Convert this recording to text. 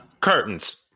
Curtains